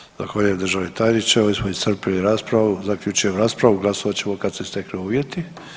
Vrijeme, zahvaljujem državni tajniče, ovim smo iscrpili raspravu, zaključujem raspravu, glasovat ćemo kad se steknu uvjeti.